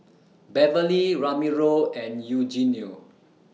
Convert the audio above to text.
Beverly Ramiro and Eugenio